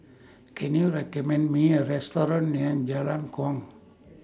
Can YOU recommend Me A Restaurant near Jalan Kuang